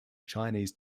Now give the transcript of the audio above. chinese